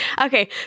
Okay